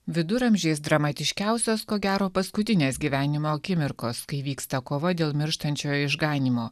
viduramžiais dramatiškiausios ko gero paskutinės gyvenimo akimirkos kai vyksta kova dėl mirštančiojo išganymo